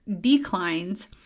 declines